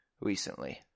recently